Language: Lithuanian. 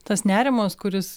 tas nerimas kuris